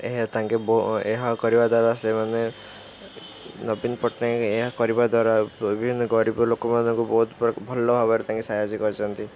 ଏହା ତାଙ୍କେ ଏହା କରିବା ଦ୍ୱାରା ସେମାନେ ନବୀନ ପଟ୍ଟନାୟକ ଏହା କରିବା ଦ୍ୱାରା ବିଭିନ୍ନ ଗରିବ ଲୋକମାନଙ୍କୁ ବହୁତ ଭଲ ଭାବରେ ତାଙ୍କେ ସାହାଯ୍ୟ କରିଛନ୍ତି